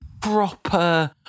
proper